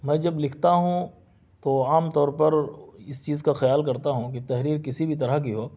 میں جب لکھتا ہوں تو عام طور پر اس چیز کا خیال کرتا ہوں کہ تحریر کسی بھی طرح کی ہو